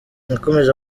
yakomeje